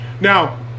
Now